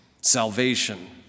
Salvation